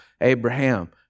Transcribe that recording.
Abraham